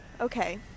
okay